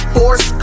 Force